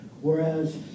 Whereas